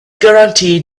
guaranteed